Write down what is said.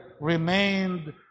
remained